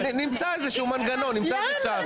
נמצא איזשהו מנגנון, נמצא את השעה.